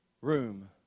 room